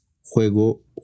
juego